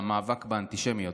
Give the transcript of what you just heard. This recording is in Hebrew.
והמאבק באנטישמיות.